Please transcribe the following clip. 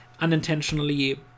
unintentionally